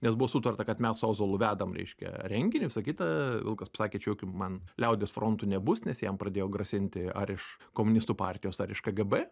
nes buvo sutarta kad mes su ozolu vedam reiškia renginį visa kita vilkas pasakė čia jokių man liaudies frontų nebus nes jam pradėjo grasinti ar iš komunistų partijos ar iš kgb